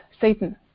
Satan